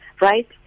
right